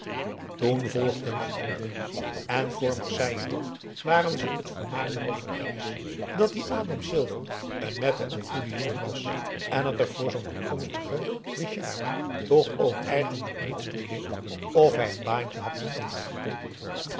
toen volgden de anderen en voor marseille nog waren ze het volmaakt erover eens dat die adam silver een nette en goede jongen was en het er voor zoo'n toekomstigen richard toch ook eigenlijk niets toe deed of hij n baantje had of niet